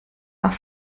auch